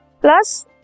plus